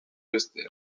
beste